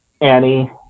Annie